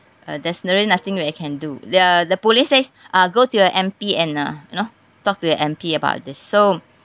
uh there's really nothing that we can do the the police says uh go to your M_P and uh you know talk to your M_P about this so